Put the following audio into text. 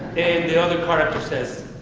and the other character says,